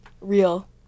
Real